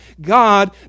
God